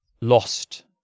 lost